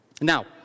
Now